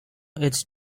its